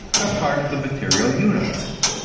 are part of the material universe,